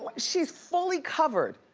she's fully covered.